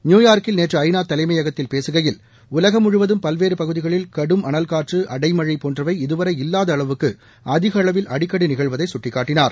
நியூயார்க்கில் நேற்று ஐ நா தலைமையகத்தில் பேசுகையில் உலகம் முழுவதும் பல்வேறு பகுதிகளில் கடும் அனல்காற்று அடைமழை போன்றவை இதுவரை இல்லாத அளவுக்கு அதிக அளவில் அடிக்கடி நிகழ்வதை சுட்டிக்காட்டினார்